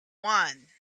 one